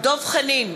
דב חנין,